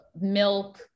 milk